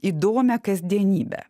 įdomią kasdienybę